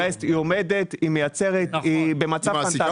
היא עומדת, היא מייצרת היא במצב פנטסטי.